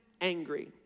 angry